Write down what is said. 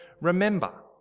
remember